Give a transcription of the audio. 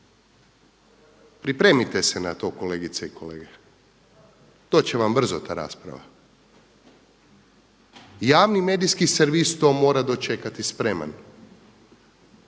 Pripremite se na to kolegice i kolege, doći će vam brzo ta rasprava. Javni medijski servis to mora dočekati spreman.